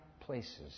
places